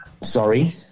Sorry